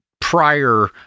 prior